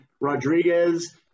Rodriguez